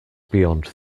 beyond